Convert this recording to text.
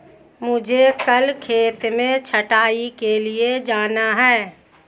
मुझे कल खेत में छटाई के लिए जाना है